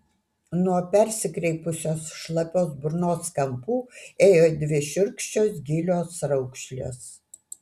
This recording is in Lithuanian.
nuo persikreipusios šlapios burnos kampų ėjo dvi šiurkščios gilios raukšlės